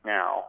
now